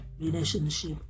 relationship